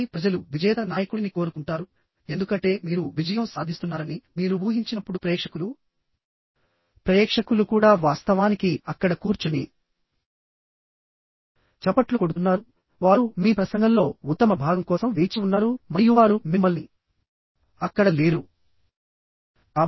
ఆపై ప్రజలు విజేత నాయకుడిని కోరుకుంటారు ఎందుకంటే మీరు విజయం సాధిస్తున్నారని మీరు ఊహించినప్పుడు ప్రేక్షకులు కూడా విఫలమవకుండా వక్తలు విజయవంతం కావాలని కోరుకుంటారు ప్రేక్షకులు కూడా వాస్తవానికి అక్కడ కూర్చుని చప్పట్లు కొడుతున్నారు వారు మీ ప్రసంగంలో ఉత్తమ భాగం కోసం వేచి ఉన్నారు మరియు వారు మిమ్మల్ని ప్రశంసించాలనుకుంటున్నారువారు మిమ్మల్ని విమర్శించడానికి అక్కడ లేరు